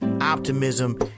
optimism